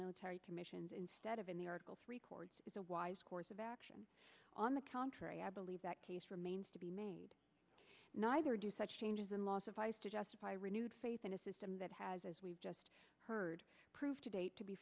military commissions instead of in the article three courts is a wise course of action on the contrary i believe that case remains to be made neither do such changes and loss of life to justify renewed faith in a system that has as we've just heard proved today to be